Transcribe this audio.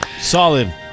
Solid